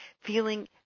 feeling